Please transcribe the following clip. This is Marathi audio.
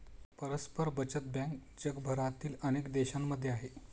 परस्पर बचत बँक जगभरातील अनेक देशांमध्ये आहे